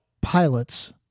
pilots